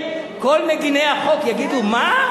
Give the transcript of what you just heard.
ועד, כל מגיני החוק יגידו: מה?